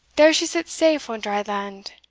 there she sits safe on dry land.